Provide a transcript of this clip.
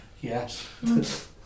Yes